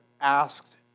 asked